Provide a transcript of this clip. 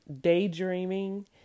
daydreaming